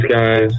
guys